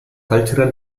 cultural